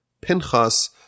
Pinchas